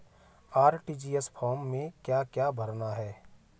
RTGS form में क्या क्या भरना है?